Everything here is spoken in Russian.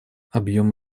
объем